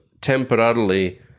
temporarily